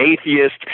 atheist